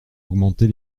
augmenter